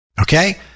Okay